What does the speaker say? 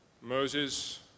Moses